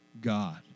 God